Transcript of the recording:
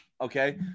okay